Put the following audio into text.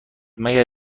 مگر